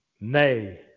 Nay